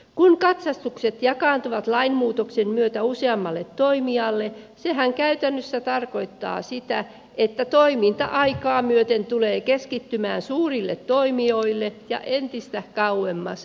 kun katsastukset jakaantuvat lainmuutoksen myötä useammalle toimijalle sehän käytännössä tarkoittaa sitä että toiminta aikaa myöten tulee keskittymään suurille toimijoille ja entistä kauemmas sivukyliltä